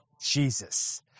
Jesus